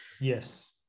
Yes